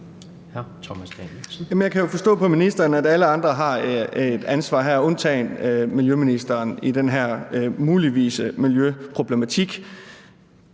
Jeg kan jo forstå på ministeren, at alle andre har et ansvar her undtagen miljøministeren, altså i den her mulige miljøproblematik.